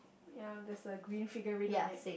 ya there is a green figurine on it